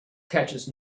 catches